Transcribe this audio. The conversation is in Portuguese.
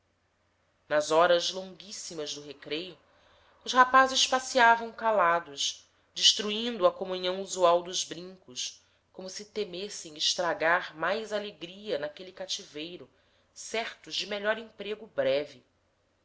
nas horas longuíssimas do recreio os rapazes passeavam calados destruindo a comunhão usual dos brincos como se temessem estragar mais alegria naquele cativeiro certo de melhor emprego breve